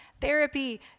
therapy